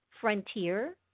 Frontier